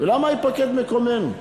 למה ייפקד מקומנו?